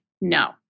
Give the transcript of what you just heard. no